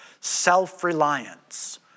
self-reliance